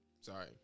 Sorry